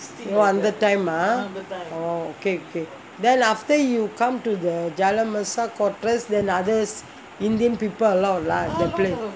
oh அந்த:antha time ah oh okay okay then after you come to the jalan besar quarters then others indian people allow lah the place